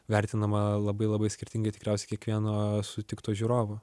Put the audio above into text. vertinama labai labai skirtingai tikriausiai kiekvieno sutikto žiūrovo